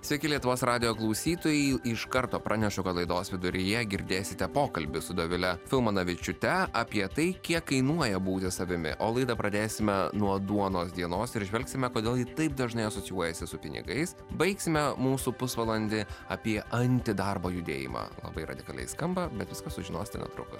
sveiki lietuvos radijo klausytojai iš karto pranešu kad laidos viduryje girdėsite pokalbį su dovile filmanavičiūte apie tai kiek kainuoja būti savimi o laidą pradėsime nuo duonos dienos ir žvelgsime kodėl ji taip dažnai asocijuojasi su pinigais baigsime mūsų pusvalandį apie antidarbo judėjimą labai radikaliai skamba bet viską sužinosite netrukus